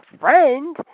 friend